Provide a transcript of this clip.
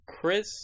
chris